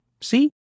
See